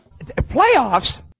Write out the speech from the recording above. playoffs